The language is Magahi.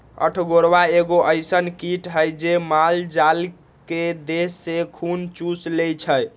अठगोरबा एगो अइसन किट हइ जे माल जाल के देह से खुन चुस लेइ छइ